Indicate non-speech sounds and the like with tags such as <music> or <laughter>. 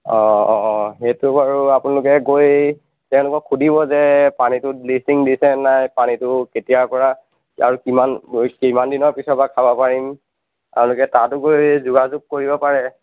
অঁ অঁ সেইটো বাৰু আপোনালোকে গৈ তেওঁলোকক সুধিব যে পানীটোত ব্লিছিং দিছেনে নাই পানীটো কেতিয়াৰ পৰা আৰু কিমান <unintelligible> কিমান দিনৰ পিছৰ পৰা খাব পাৰিম আপোনালোকে তাতো গৈ যোগাযোগ কৰিব পাৰে